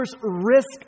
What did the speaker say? risk